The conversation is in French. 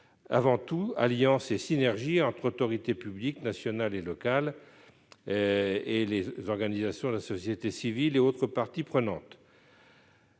avant tout alliances et synergies entre autorités publiques nationales et locales, entreprises, organisations de la société civile et autres parties prenantes.